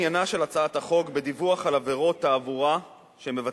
עניינה של הצעת החוק בדיווח על עבירות תעבורה שמבצעים